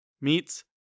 meets